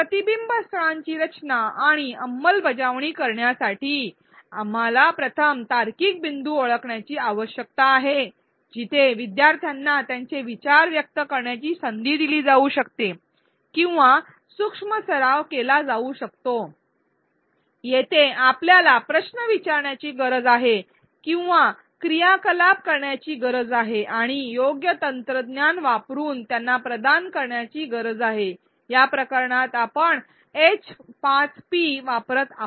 प्रतिबिंब स्थळांची रचना आणि अंमलबजावणी करण्यासाठी आम्हाला प्रथम तार्किक बिंदू ओळखण्याची आवश्यकता आहे जिथे विद्यार्थ्यांना त्यांचे विचार व्यक्त करण्याची संधी दिली जाऊ शकते किंवा सूक्ष्म सराव केला जाऊ शकतो येथे आपल्याला प्रश्न विचारण्याची गरज आहे किंवा क्रियाकलाप करण्याची गरज आहे आणि योग्य तंत्रज्ञान वापरून त्यांना प्रदान करण्याची गरज आहे या प्रकरणात आपण एच५पी वापरत आहोत